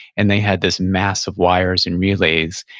and they had this mass of wires and relays.